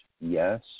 yes